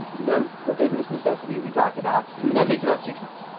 note the business necessity we talked about and that takes about six months.